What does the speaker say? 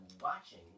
watching